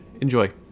Enjoy